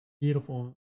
beautiful